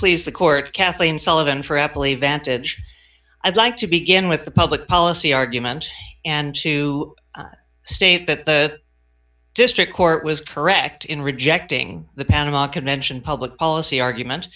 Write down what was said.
please the court kathleen sullivan for happily vantage i'd like to begin with the public policy argument and to state that the district court was correct in rejecting the panama connection public policy argument